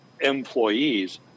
employees